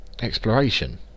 exploration